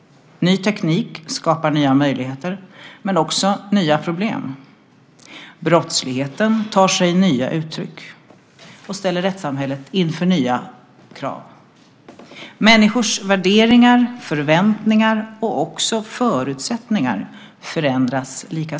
Ny teknik skapar nya möjligheter men också nya problem. Brottsligheten tar sig nya uttryck och ställer rättssamhället inför nya krav. Likaså förändras människors värderingar, förväntningar och också förutsättningar.